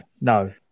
No